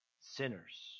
sinners